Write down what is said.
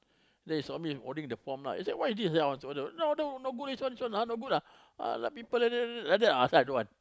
then he saw me holding the form lah he say what is this then he say no good this one this one ah no good ah !alah! people like that like that ah so I don't want